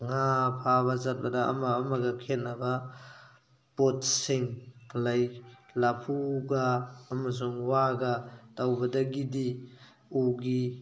ꯉꯥ ꯐꯥꯕ ꯆꯠꯄꯗ ꯑꯃꯒ ꯑꯃꯒ ꯈꯦꯠꯅꯕ ꯄꯣꯠꯁꯤꯡ ꯂꯩ ꯂꯐꯨꯒ ꯑꯃꯁꯨꯡ ꯋꯥꯒ ꯇꯧꯕꯗꯒꯤꯗꯤ ꯎꯒꯤ